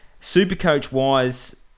Supercoach-wise